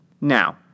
Now